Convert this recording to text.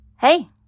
Hey